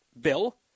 bill